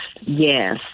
yes